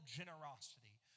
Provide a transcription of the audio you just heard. generosity